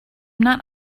not